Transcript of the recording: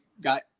got